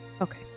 Okay